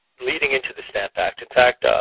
leading into the stamp act. in fact, ah